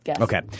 Okay